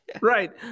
right